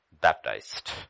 baptized